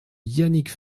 yannick